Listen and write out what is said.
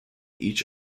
each